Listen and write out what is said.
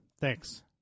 thanks